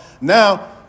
now